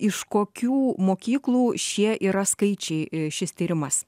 iš kokių mokyklų šie yra skaičiai šis tyrimas